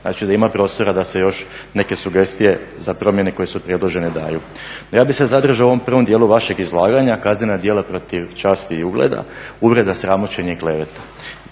znači da ima prostora da se još neke sugestije za promjene koje su predložene daju. No ja bih se zadržao u ovom prvom dijelu vašeg izlaganja, kaznena djela protiv časti i ugleda, uvreda, sramoćenje i kleveta.